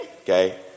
Okay